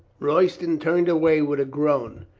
royston turned away with a groan.